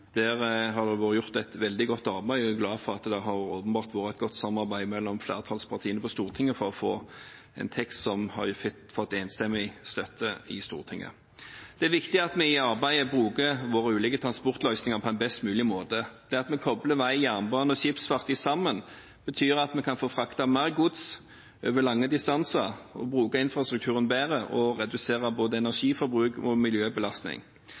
Der har det vært gjort et veldig godt arbeid, og jeg er glad for at det åpenbart har vært et godt samarbeid mellom flertallspartiene på Stortinget for å få en tekst som har fått enstemmig støtte i Stortinget. Det er viktig at vi i arbeidet bruker våre ulike transportløsninger på en best mulig måte. Det at vi kobler vei, jernbane og skipsfart sammen, betyr at vi kan få fraktet mer gods over lange distanser, bruke infrastrukturen bedre og redusere både energiforbruk og miljøbelastning.